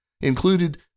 included